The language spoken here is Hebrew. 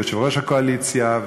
ויושב-ראש הקואליציה,